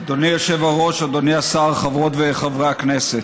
אדוני היושב-ראש, אדוני השר, חברות וחברי הכנסת,